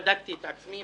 בדקתי את עצמי,